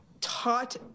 taught